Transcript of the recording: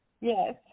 Yes